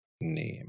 name